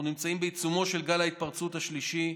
אנחנו נמצאים בעיצומו של גל ההתפרצות השלישי,